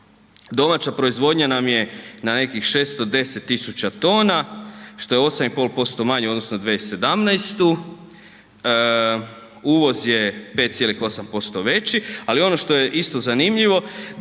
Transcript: domaća proizvodnja nam je na nekih 610.000 tona što je 8,5% manje u odnosu na 2017., uvoz je 5,8% veći. Ali ono što je isto zanimljivo